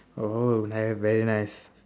oh very nice